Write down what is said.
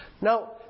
Now